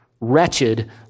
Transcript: wretched